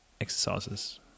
exercises